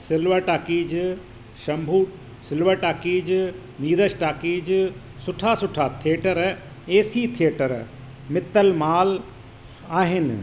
silver talkies Shambhu silver talkies Neeraj talkies सुठा सुठा theatre AC theatre Mittal mall आहिनि